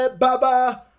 baba